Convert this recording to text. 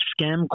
scam